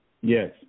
Yes